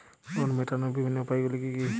Loan মেটানোর বিভিন্ন উপায়গুলি কী কী?